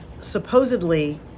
supposedly